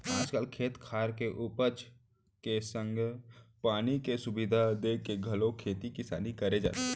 आज काल खेत खार के उपज के संग पानी के सुबिधा देखके घलौ खेती किसानी करे जाथे